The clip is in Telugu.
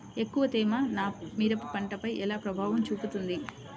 ఎక్కువ తేమ నా మిరప పంటపై ఎలా ప్రభావం చూపుతుంది?